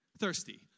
thirsty